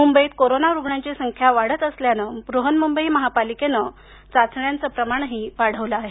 मुंबईत कोरोना रुग्णांची संख्या वाढत असल्यानं बृहन्मुंबई महापालिकेनं चाचण्यांचे प्रमाण वाढवले आहे